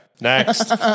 next